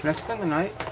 and spend the night?